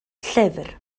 llyfr